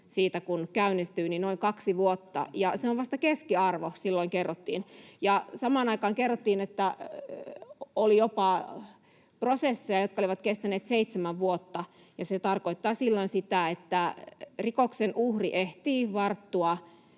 siitä, kun se käynnistyy, on noin kaksi vuotta, ja se on vasta keskiarvo, silloin kerrottiin. Samaan aikaan kerrottiin, että oli jopa prosesseja, jotka olivat kestäneet seitsemän vuotta, ja se tarkoittaa silloin sitä, että rikoksen uhri ehtii varttua